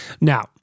Now